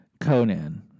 Conan